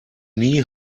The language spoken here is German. nie